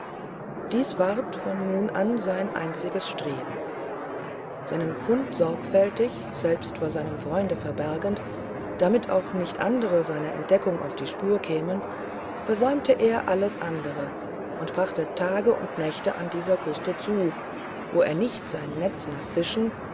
dies ward von nun an sein einziges streben seinen fund sorgfältig selbst vor seinem freunde verbergend damit nicht auch andere seiner entdeckung auf die spur kämen versäumte er alles andere und brachte tage und nächte an dieser küste zu wo er nicht sein netz nach fischen